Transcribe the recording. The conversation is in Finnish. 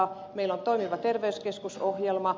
meillä on toimiva terveyskeskus ohjelma